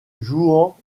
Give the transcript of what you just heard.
jouant